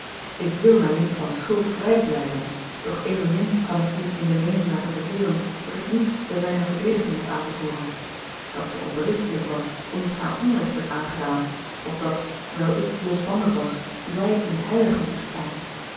ik wil mij niet van schuld vrijpleiten doch evenmin kan ik u in de meening laten verkeeren dat ik niets te mijner verdediging heb aan te voeren dat zij onberispelijk was omdat haar onrecht werd aangedaan of dat wijl ik losbandig was zij een heilige moest zijn